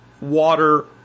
water